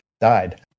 died